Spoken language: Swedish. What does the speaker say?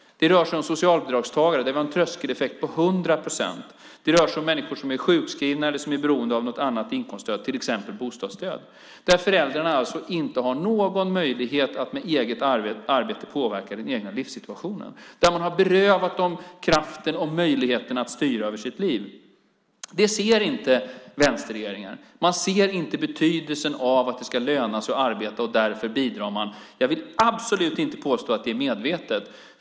Det rör sig om socialbidragstagare. Där har vi en tröskeleffekt på 100 procent. Det rör sig om människor som är sjukskrivna eller som är beroende av något annat inkomststöd, till exempel bostadsstöd. Där har föräldrarna inte någon möjlighet att med eget arbete påverka den egna livssituationen. Man har berövat dem kraften och möjligheten att styra över sitt liv. Det ser inte vänsterregeringar. De ser inte betydelsen av att det ska löna sig att arbeta. Jag vill absolut inte påstå att det är medvetet.